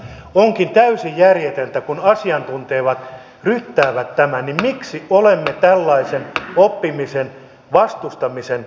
onkin täysin järjetöntä kun asiantuntijat ryttäävät tämän miksi olemme tällaisen oppimisen vastustamisen takana